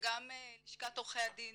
שגם לשכת עורכי הדין